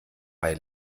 bei